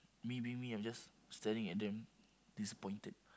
me being me I'm just staring at them disappointed